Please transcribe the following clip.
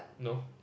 no